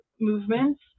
movements